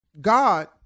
God